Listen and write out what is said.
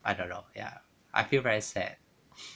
I don't know ya I feel very sad